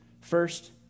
First